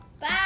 Bye